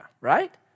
right